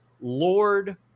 Lord